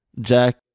Jack